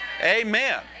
Amen